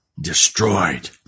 destroyed